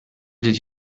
did